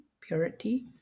purity